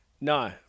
No